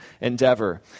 endeavor